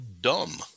dumb